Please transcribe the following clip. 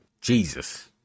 Jesus